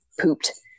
pooped